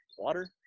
water